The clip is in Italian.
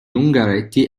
ungaretti